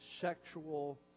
sexual